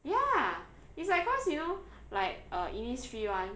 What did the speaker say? ya it's like because you know like uh Innisfree [one]